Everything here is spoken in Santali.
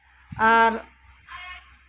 ᱟᱨ